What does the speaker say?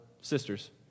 sisters